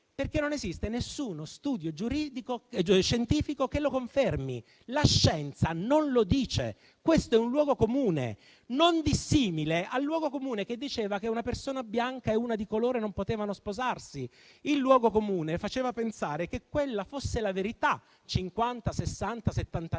perché non esiste nessuno studio scientifico che lo confermi. La scienza non lo dice; questo è un luogo comune, non dissimile dal luogo comune che diceva che una persona bianca e una di colore non potevano sposarsi. Quel luogo comune faceva pensare che quella fosse la verità, cinquanta,